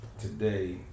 today